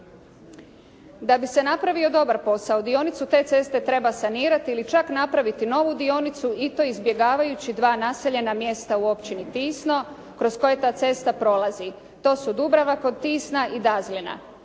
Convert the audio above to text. Da bi se napravio dobar posao dionicu te ceste treba sanirati ili čak napraviti novu dionicu i to izbjegavajući dva naseljena mjesta u općini Tisno kroz koje ta cesta prolazi. To su Dubrava kod Tisna i Dazlina.